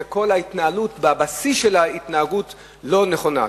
שכל ההתנהלות בבסיס שלה היא התנהגות לא נכונה.